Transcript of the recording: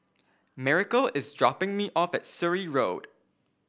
Miracle is dropping me off at Surrey Road